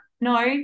No